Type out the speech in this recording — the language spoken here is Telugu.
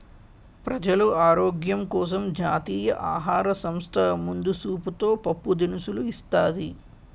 ప్రజలు ఆరోగ్యం కోసం జాతీయ ఆహార సంస్థ ముందు సూపుతో పప్పు దినుసులు ఇస్తాది